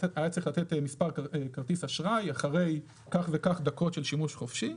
היה צריך לתת מספר כרטיס אשראי אחרי כך וכך דקות של שימוש חופשי.